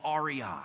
REI